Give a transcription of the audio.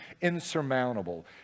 insurmountable